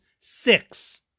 six